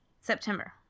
september